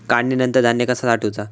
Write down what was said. काढणीनंतर धान्य कसा साठवुचा?